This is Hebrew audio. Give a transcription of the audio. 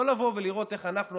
לא לבוא ולראות איך אנחנו,